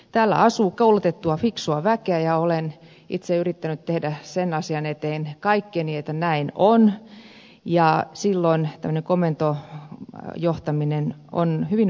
täällä asuu koulutettua fiksua väkeä ja olen itse yrittänyt tehdä sen asian eteen kaikkeni että näin on ja silloin tämmöinen komentojohtaminen on hyvin vanhanaikaista johtamista